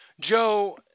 Joe